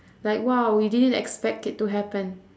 like !wow! we didn't expect it to happen